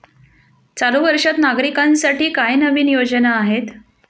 चालू वर्षात नागरिकांसाठी काय नवीन योजना आहेत?